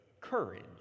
courage